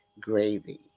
gravy